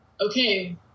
okay